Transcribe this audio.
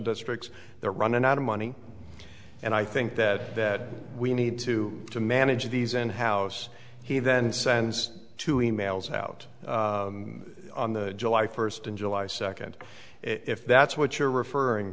districts they're running out of money and i think that that we need to to manage these in house he then sends two e mails out on the july first and july second if that's what you're referring